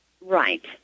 Right